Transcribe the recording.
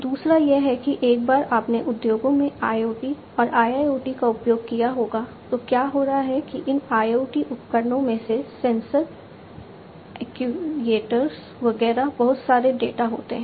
दूसरा यह है कि एक बार आपने उद्योगों में IoT और IIoT का उपयोग किया होगा तो क्या हो रहा है कि इन IoT उपकरणों से ये सेंसर एक्ट्यूएटर्स वगैरह बहुत सारे डेटा देते हैं